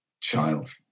child